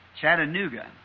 Chattanooga